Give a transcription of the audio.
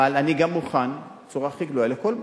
אבל אני גם מוכן, בצורה הכי גלויה, לכל בדיקה,